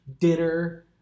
dinner